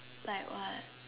like what